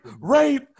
rape